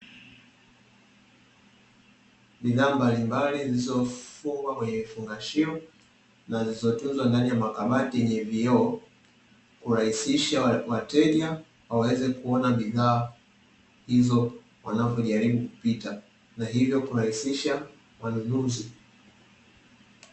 Bidhaa mbalimbali zilizofungwa kwenye vifungashio na zilizotunzwa ndani ya makabati yenye vioo, kurahisisha wateja waweze kuona bidhaa hizo wanavyo jaribu kupita na hivyo kurahisisha manunuzi.